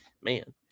man